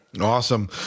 Awesome